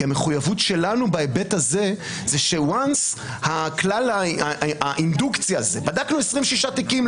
כי המחויבות שלנו בהיבט הזה זה שברגע שהאינדוקציה בדקנו 26 תיקים,